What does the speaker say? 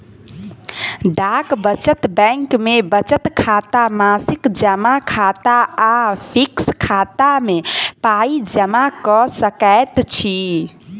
डाक बचत बैंक मे बचत खाता, मासिक जमा खाता आ फिक्स खाता मे पाइ जमा क सकैत छी